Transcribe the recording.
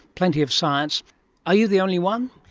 plenty of science are you the only one?